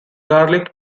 garlic